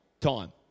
Time